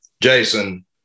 Jason